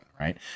right